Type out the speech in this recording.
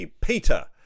Peter